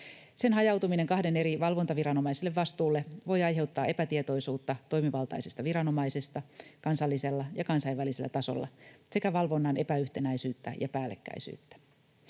Sen hajautuminen kahden eri valvontaviranomaisen vastuulle voi aiheuttaa epätietoisuutta toimivaltaisesta viranomaisesta kansallisella ja kansainvälisellä tasolla sekä valvonnan epäyhtenäisyyttä ja päällekkäisyyttä.